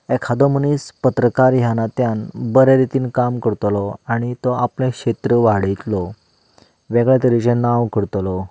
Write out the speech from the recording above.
एखादो मनीस पत्रकार ह्या नात्यान बरे रितीन काम करतलो आनी तो आपलें क्षेत्र वाडयतलो वेगळ्या तरेचें नांव करतलो